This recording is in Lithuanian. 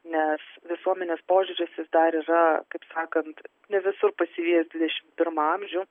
nes visuomenės požiūris jis dar yra kaip sakant ne visur pasivijęs dvidešim pirmą amžių